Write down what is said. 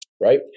Right